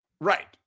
Right